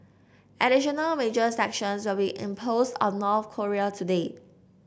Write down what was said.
additional major sanctions will be imposed on North Korea today